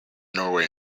norway